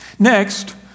Next